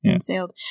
sailed